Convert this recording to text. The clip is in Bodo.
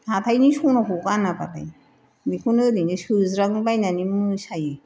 हाथायनि सनाखौ गानाबालाय बेखौनो ओरैनो सोज्रां बायनानै मोसायो